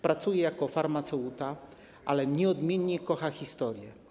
Pracował jako farmaceuta, ale nieodmiennie kochał historię.